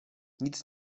nic